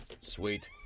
sweet